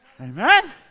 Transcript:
Amen